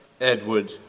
Edward